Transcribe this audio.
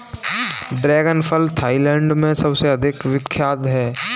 dragon फल Thailand में सबसे अधिक विख्यात है